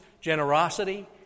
generosity